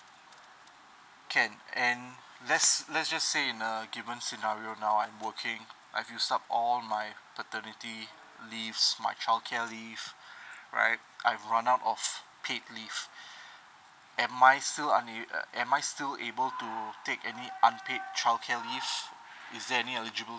can and let's let's just say in a given scenario now I'm working I've used up all my paternity leave my childcare leave right I've run out of paid leave am I still una~ uh am I still able to take any unpaid childcare leave is there any eligibility